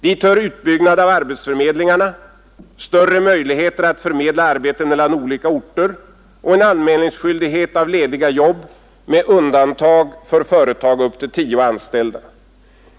Dit hör utbyggnad av arbetsförmedlingarna, större möjligheter att förmedla arbeten mellan olika orter och en skyldighet att anmäla lediga jobb med undantag för företag med upp till tio anställda.